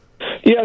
Yes